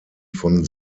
von